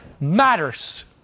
matters